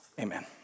Amen